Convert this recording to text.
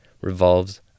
revolves